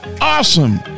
awesome